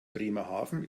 bremerhaven